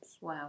Wow